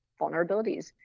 vulnerabilities